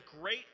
great